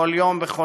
בכל יום ויום,